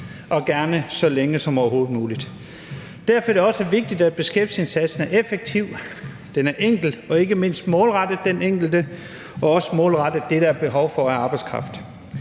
og gerne så længe som overhovedet muligt. Derfor er det også vigtigt, at beskæftigelsesindsatsen er effektiv, enkel og ikke mindst målrettet den enkelte og også målrettet det, der er behov for af arbejdskraft.